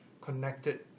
connected